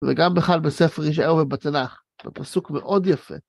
וגם בכלל בספר ישעיהו ובתנך, זה פסוק מאוד יפה.